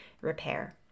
repair